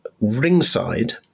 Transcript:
ringside